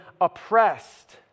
oppressed